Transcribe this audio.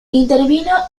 intervino